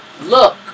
look